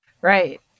right